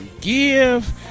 give